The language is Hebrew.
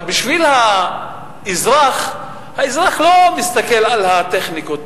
אבל האזרח לא מסתכל על הטכניקות.